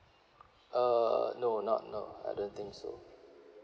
uh no not no I don't think so